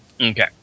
Okay